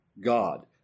God